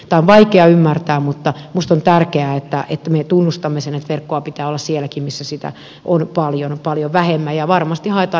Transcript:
tämä on vaikea ymmärtää mutta minusta on tärkeää että me tunnustamme sen että verkkoa pitää olla sielläkin missä sitä on paljon paljon vähemmän ja varmasti haetaan isompia hartioita